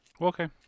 okay